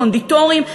קונדיטורים,